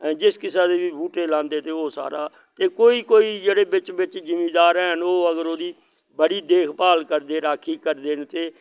जिस किसा दे बी बूह्टे लांदे ते ओह् सारा कोई कोई जेह्ड़े बिच्च बिच्च जिमिदार हैन ओह् अगर ओह्दी बड़ी देख भाल करदे राखी करदे न ते